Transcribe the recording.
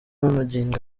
magingo